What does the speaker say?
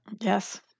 Yes